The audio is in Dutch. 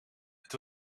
het